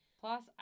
plus